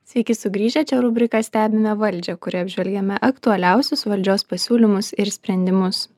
sveiki sugrįžę čia rubrika stebime valdžią kurioj apžvelgiame aktualiausius valdžios pasiūlymus ir sprendimus